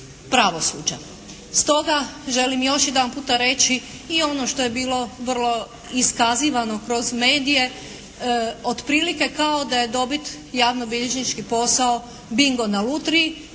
pravosuđa. Stoga želim još jedanputa reći i ono što je bilo vrlo iskazivano kroz medije. Otprilike kao da je dobi javnobilježnički posao bingo na lutriji.